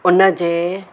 उनजे